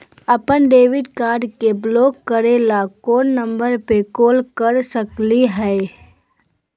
अपन debit card के block करे ला कौन नंबर पे कॉल कर सकली हई?